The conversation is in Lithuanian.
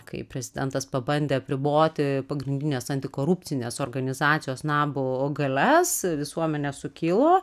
kai prezidentas pabandė apriboti pagrindinės antikorupcinės organizacijos nabo galias visuomenė sukilo